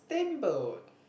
steamboat